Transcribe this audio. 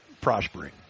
prospering